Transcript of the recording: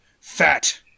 fat